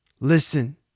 Listen